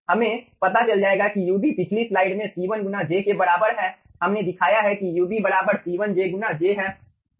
हमें पता चलेगा कि ub पिछली स्लाइड में C1 गुना j के बराबर है हमने दिखाया है कि ub बराबर C1 गुना j है